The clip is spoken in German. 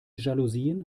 jalousien